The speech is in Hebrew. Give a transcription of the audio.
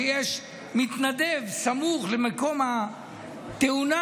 כשיש מתנדב סמוך למקום התאונה,